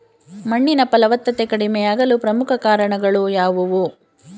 ಮಣ್ಣಿನ ಫಲವತ್ತತೆ ಕಡಿಮೆಯಾಗಲು ಪ್ರಮುಖ ಕಾರಣಗಳು ಯಾವುವು?